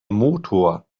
motor